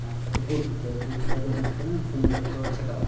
ᱟᱨ ᱚᱱᱠᱟᱛᱮ ᱜᱩᱲ ᱯᱤᱴᱷᱟᱹ ᱜᱩᱲ ᱯᱤᱴᱷᱟᱹ ᱫᱚ ᱦᱩᱭᱩᱜ ᱠᱟᱱᱟ ᱥᱩᱱᱩᱢ ᱨᱮᱠᱚ ᱪᱷᱟᱸᱠᱟᱣᱟ